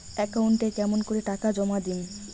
একাউন্টে কেমন করি টাকা জমা দিম?